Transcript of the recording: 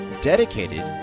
dedicated